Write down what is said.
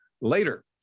later